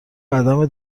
عدم